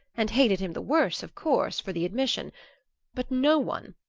and hated him the worse, of course, for the admission but no one,